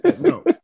No